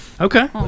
Okay